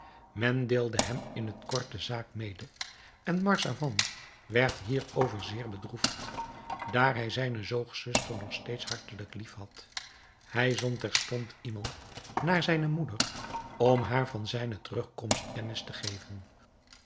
men deelde hem in het kort de zaak mede en marzavan werd hierover zeer bedroefd daar hij zijne zoogzuster nog steeds hartelijk liefhad hij zond terstond iemand naar zijne moeder om haar van zijne terugkomst kennis te geven